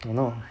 you know